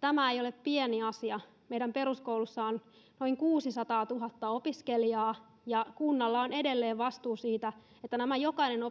tämä ei ole pieni asia meidän peruskouluissa on noin kuusisataatuhatta opiskelijaa ja kunnilla on edelleen vastuu siitä että näistä jokainen